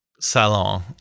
salon